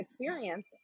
experience